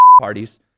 parties